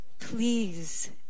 Please